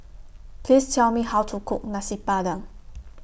Please Tell Me How to Cook Nasi Padang